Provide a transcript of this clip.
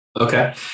Okay